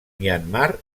myanmar